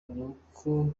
uburoko